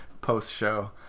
post-show